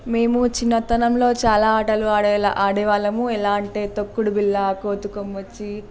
మేము చిన్నతనంలో చాలా ఆటలు ఆడేలా ఆడేవాళ్ళము ఎలా అంటే తొక్కుడు బిళ్ళ కోతికొమ్మచ్చి